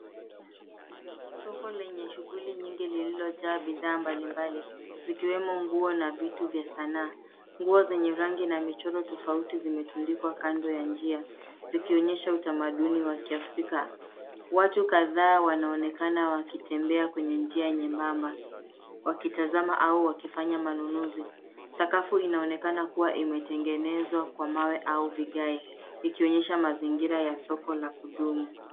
Soko lenye shughuli nyingi lilojaa bidhaa mbalimbali zikiwemo nguo na vitu vya sanaa. Nguo zenye rangi na michoro tofauti zimetundikwa kando ya njia zikionyesha utamaduni wa kiafrika. Watu kadhaa wanaonekana wakitembea kwenye njia nyembamba wakitazama au wakifanya manunuzi. Sakafu inaonekana kuwa imetengenezwa kwa mawe au vigae ikionyesha mazingira ya soko la kudumu.